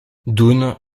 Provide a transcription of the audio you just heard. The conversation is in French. dunn